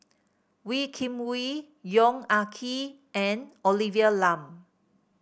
Wee Kim Wee Yong Ah Kee and Olivia Lum